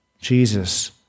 Jesus